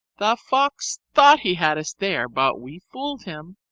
the fox thought he had us there, but we fooled him.